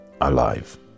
alive